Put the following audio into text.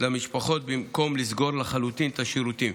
למשפחות במקום לסגור לחלוטין את השירותים.